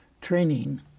training